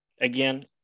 again